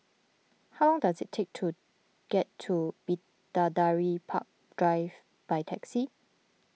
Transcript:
how does it take to get to Bidadari Park Drive by taxi